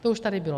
To už tady bylo.